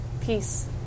Peace